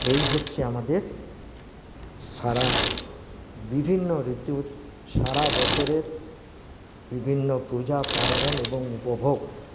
এই হচ্ছে আমাদের সারা বিভিন্ন ঋতুর সারা বছরের বিভিন্ন পূজা পার্বন এবং উপভোগ